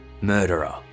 Murderer